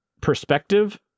perspective